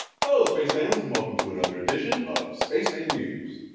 hello space fans and welcome to another edition of space fan news.